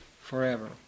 forever